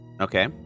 Okay